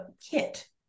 kit